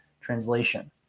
translation